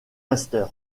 master